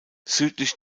südlich